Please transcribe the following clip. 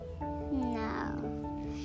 no